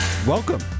Welcome